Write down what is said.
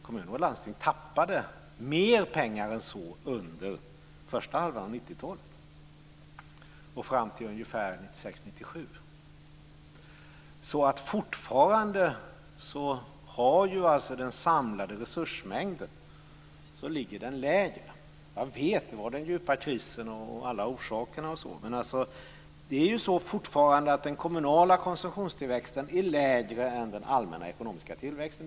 Kommuner och landsting tappade mer pengar än så under första halvan av 1990-talet och fram till 1996-1997. Fortfarande ligger den samlade resursmängden lägre. Jag vet att det beror på den djupa krisen bl.a. Fortfarande är den kommunala konsumtionstillväxten lägre än den allmänna ekonomiska tillväxten.